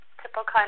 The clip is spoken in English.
typical